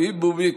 חג שמח.